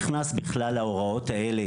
זה לא נכנס בכלל להוראות האלה,